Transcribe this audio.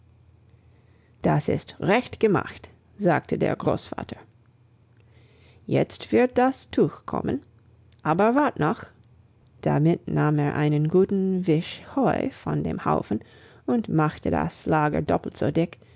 das ist recht gemacht sagte der großvater jetzt wird das tuch kommen aber wart noch damit nahm er einen guten wisch heu von dem haufen und machte das lager doppelt so dick